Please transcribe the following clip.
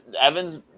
Evans